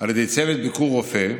על ידי צוות "ביקור רופא"